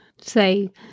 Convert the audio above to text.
say